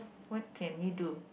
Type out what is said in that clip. what can we do